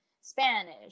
Spanish